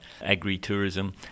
agri-tourism